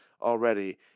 already